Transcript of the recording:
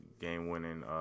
game-winning